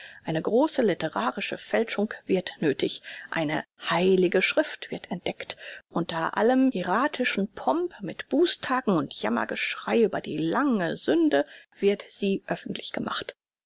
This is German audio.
eine große litterarische fälschung wird nöthig eine heilige schrift wird entdeckt unter allem hieratischen pomp mit bußtagen und jammergeschrei über die lange sünde wird sie öffentlich gemacht